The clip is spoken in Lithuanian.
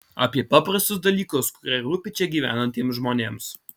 apie paprastus dalykus kurie rūpi čia gyvenantiems žmonėms